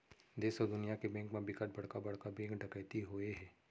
देस अउ दुनिया के बेंक म बिकट बड़का बड़का बेंक डकैती होए हे